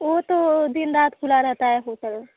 वो तो दिन रात खुला रहता है होटल